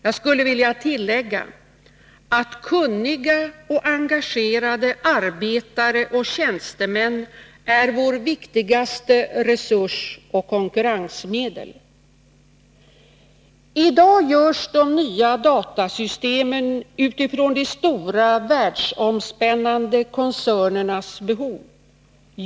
Jag skulle vilja tillägga att kunniga och engagerade arbetare och tjänstemän är vår viktigaste resurs och vårt viktigaste konkurrensmedel. I dag görs de nya datasystemen utifrån de stora världsomspännande koncernernas behov.